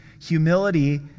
Humility